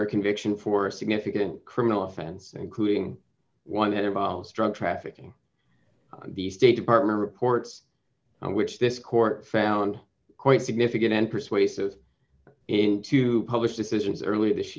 a conviction for a significant criminal offense including one that involves drug trafficking the state department reports which this court found quite significant and persuasive in to publish decisions early this